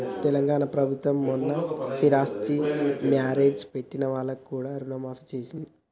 తెలంగాణ ప్రభుత్వం మొన్న స్థిరాస్తి మార్ట్గేజ్ పెట్టిన వాళ్లకు కూడా రుణమాఫీ చేసింది